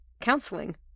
counseling